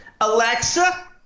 Alexa